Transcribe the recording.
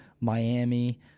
Miami